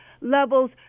levels